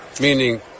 meaning